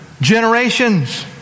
generations